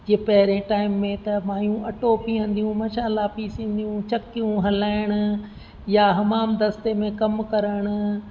जीअं पहिरें टाइम में त मायूं अटो पीअंदियूं मसाला पीसींदियूं चक्कियूं हलाइण या हमाम दस्ते में कमु करण